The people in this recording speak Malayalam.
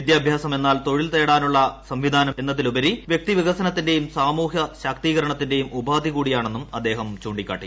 വിദ്യാഭ്യാസമെന്നാൽ തൊഴിൽ നേടാനുള്ള സംവിധാനം എന്നതിലുപരി വൃക്തിവികസനത്തിന്റെയും സമൂഹശാക്തീകരണത്തിന്റെയും ഉപാധി കൂടിയാണെന്നും അദ്ദേഹം ചൂണ്ടിക്കാട്ടി